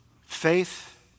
Faith